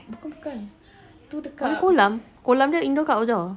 bukan bukan tu dekat